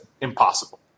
impossible